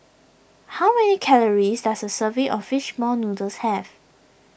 how many calories does a serving of Fish Ball Noodles have